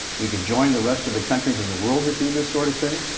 we could join the rest of the countries in the world who do this sort of thing.